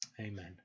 Amen